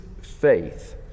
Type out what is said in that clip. faith